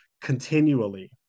continually